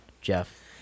Jeff